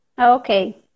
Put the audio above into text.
Okay